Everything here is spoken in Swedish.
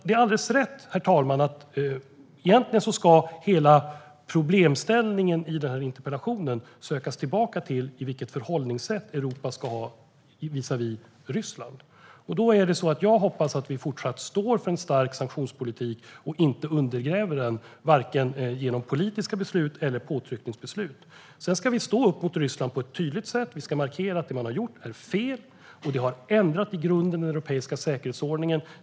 Det är alldeles rätt att hela problemställningen i interpellationen ska sökas tillbaka till vilket förhållningssätt Europa ska ha visavi Ryssland. Jag hoppas att vi fortsatt står för en stark sanktionspolitik och inte undergräver den genom vare sig politiska beslut eller påtryckningsbeslut. Sedan ska vi stå upp mot Ryssland på ett tydligt sätt. Vi ska markera att det man har gjort är fel och att det i grunden har ändrat den europeiska säkerhetsordningen.